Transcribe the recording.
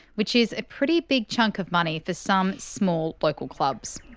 which is a pretty big chunk of money for some small local clubs.